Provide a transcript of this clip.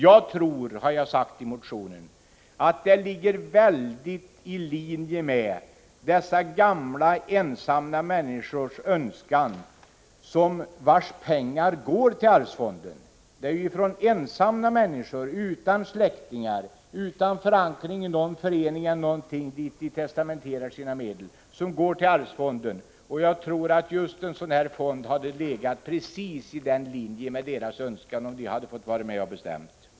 Jag tror, som jag skriver i motionen, att detta ligger helt i linje med dessa gamla, ensamma människors önskan. Det är ju deras pengar som går till arvsfonden. Ensamma människor, utan släktingar och utan förankring i någon förening eller liknande är de som testamenterar sina medel till arvsfonden. Just en sådan här fond hade nog varit helt i överensstämmelse med deras önskan, om de hade fått vara med och bestämma.